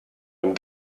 dem